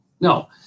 No